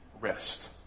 rest